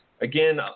again